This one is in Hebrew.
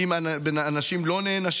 כי אם אנשים לא נענשים,